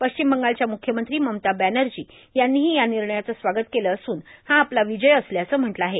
पश्चिम बंगालच्या मुख्यमंत्री ममता बॅनर्जा यांनीही या र् निणयाचं स्वागत केलं असून हा आपला र् ावजय असल्याचं म्हटलं आहे